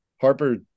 Harper